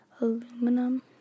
aluminum